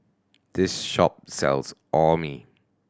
this shop sells Orh Nee